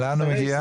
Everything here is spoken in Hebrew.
לאן הוא מגיע?